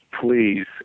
Please